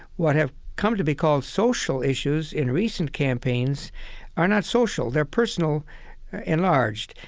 what have come to be called social issues in recent campaigns are not social, they're personal enlarged.